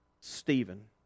Stephen